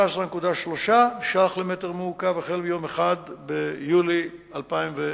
מעוקב ו-13.3 שקל למטר מעוקב החל מיום 1 ביולי 2010,